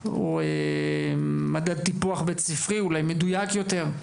או מדד טיפוח בית ספרי אולי מדויק יותר.